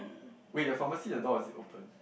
wait your pharmacy the door is it opened